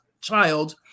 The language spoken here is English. child